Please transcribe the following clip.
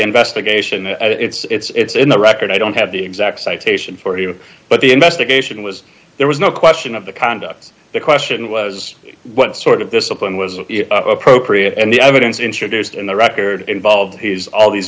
investigation and it's in the record i don't have the exact citation for you but the investigation was there was no question of the conduct the question was what sort of this open was appropriate and the evidence introduced in the record involved he's all these